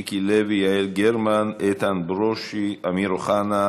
מיקי לוי, יעל גרמן, איתן ברושי, אמיר אוחנה,